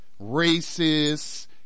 racists